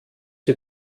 sie